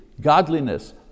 godliness